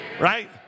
right